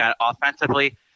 offensively